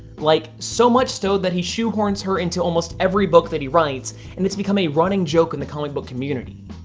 like so much so that he shoehorns her into almost every book that he writes and it's become a running joke in the comic book community.